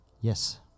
yes